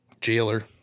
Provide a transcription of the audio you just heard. Jailer